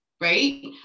right